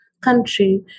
country